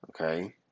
Okay